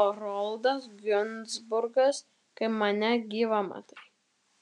haroldas ginzburgas kaip mane gyvą matai